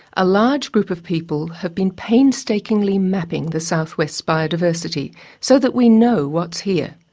a large group of people have been painstakingly mapping the southwest's biodiversity so that we know what's here.